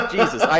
Jesus